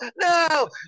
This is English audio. No